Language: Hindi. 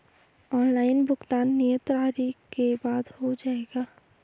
ऑनलाइन भुगतान नियत तारीख के बाद हो जाएगा?